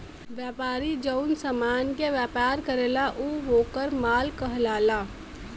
व्यापारी जौन समान क व्यापार करला उ वोकर माल कहलाला